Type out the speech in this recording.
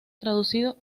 traducido